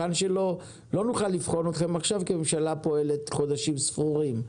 לא נוכל לבחון אתכם עכשיו כי הממשלה פועלת חודשים ספורים,